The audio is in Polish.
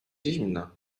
zimna